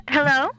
Hello